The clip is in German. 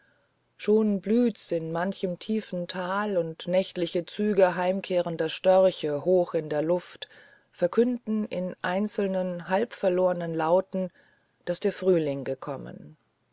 schon blüht's in manchem tiefen tal und nächtliche züge heimkehrender störche hoch in der luft verkünden in einzelnen halbverlornen lauten daß der frühling gekommen